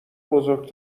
بزرگ